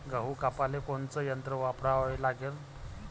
गहू कापाले कोनचं यंत्र वापराले लागन?